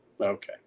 Okay